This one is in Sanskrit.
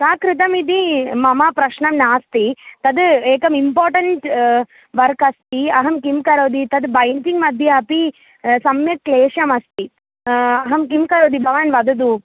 सा कृतमिति मम प्रश्नं नास्ति तद् एकम् इम्पोर्टेण्ट् वर्क् अस्ति अहं किं करोमि तद् बैण्डिङ्ग् मध्ये अपि सम्यक् क्लेशमस्ति अहं किं करोमि भवान् वदतु